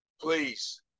please